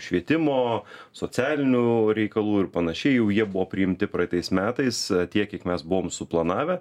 švietimo socialinių reikalų ir panašiai jau jie buvo priimti praeitais metais tiek kiek mes buvom suplanavę